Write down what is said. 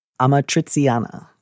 amatriziana